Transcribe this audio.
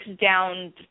down